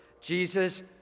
Jesus